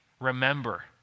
Remember